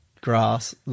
grass